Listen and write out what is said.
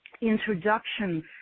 introductions